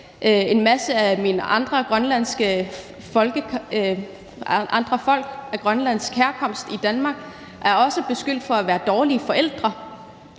en masse andre folk af grønlandsk herkomst i Danmark er også blevet beskyldt for at være dårlige forældre,